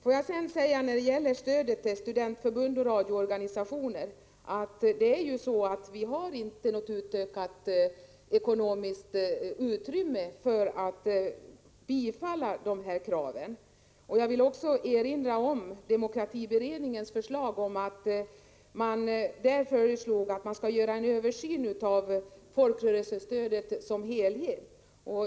Låt mig sedan när det gäller stödet till studentförbund och radioorganisationer säga att vi inte har något utökat ekonomiskt utrymme för att bifalla de krav som ställts. Jag vill också erinra om att demokratiberedningen föreslog en översyn av folkrörelsestödet som helhet.